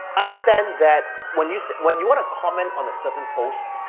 understand that when you when you wanna comment on a certain post,